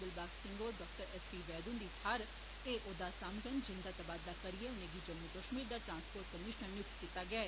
दिलबाग सिंह होर doctor S P Vaid हुंदी थाहर एह औहद्ध सांभङन जिंदा तबादला करियै उनेंगी जम्मू कश्मीर दा ट्रांसपोर्ट कमिशनर नियुक्त कीता गेआ ऐ